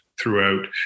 throughout